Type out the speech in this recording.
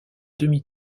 demi